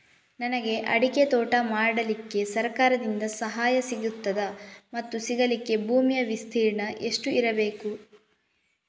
ನನಗೆ ಅಡಿಕೆ ತೋಟ ಮಾಡಲಿಕ್ಕೆ ಸರಕಾರದಿಂದ ಸಹಾಯ ಸಿಗುತ್ತದಾ ಮತ್ತು ಸಿಗಲಿಕ್ಕೆ ಭೂಮಿಯ ವಿಸ್ತೀರ್ಣ ಎಷ್ಟು ಇರಬೇಕು?